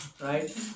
right